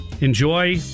enjoy